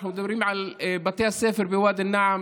כשאנחנו מדברים על בתי הספר בוואדי א-נעם,